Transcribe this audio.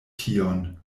tion